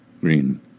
Green